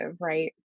right